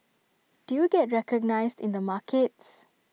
do you get recognised in the markets